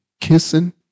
kissing